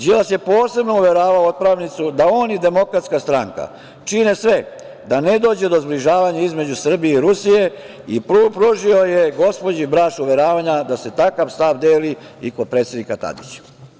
Đilas je posebno uveravao otpravnicu da on i DS čine sve da ne dođe do zbližavanja između Srbije i Rusije i pružio je gospođi Braš uveravanja da se takav stav deli i kod predsednika Tadića.